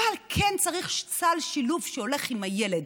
אבל כן צריך סל שילוב שהולך עם הילד.